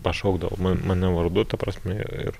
pašaukdavo man mane vardu ta prasme ir